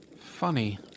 Funny